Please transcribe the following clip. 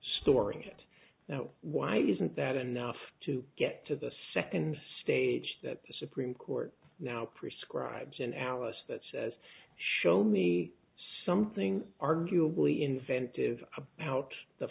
storing it why isn't that enough to get to the second stage that the supreme court now prescribes in alice that says show me something arguably inventive about the